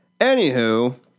Anywho